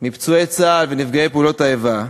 פצועי צה"ל ונפגעי פעולות האיבה,